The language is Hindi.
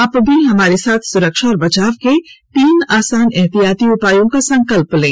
आप भी हमारे साथ सुरक्षा और बचाव के तीन आसान एहतियाती उपायों का संकल्प लें